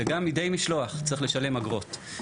וגם מידי משלוח צריך לשלם אגרות.